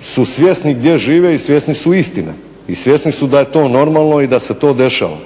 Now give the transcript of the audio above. su svjesni gdje žive i svjesni su istine i svjesni su da je to normalno i da se to dešava.